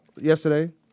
yesterday